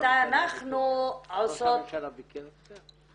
מתי אנחנו עושות --- ראש הממשלה ביקר אצלך?